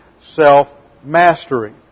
self-mastery